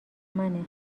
منه